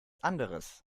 anderes